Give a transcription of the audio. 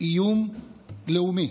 איום לאומי.